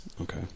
Okay